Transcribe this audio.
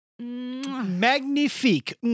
Magnifique